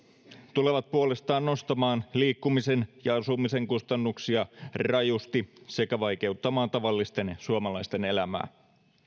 tulevat puolestaan nostamaan liikkumisen ja asumisen kustannuksia rajusti sekä vaikeuttamaan tavallisten suomalaisten elämää